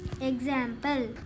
Example